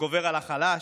גובר על החלש,